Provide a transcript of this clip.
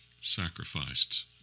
sacrificed